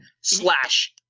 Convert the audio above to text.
Slash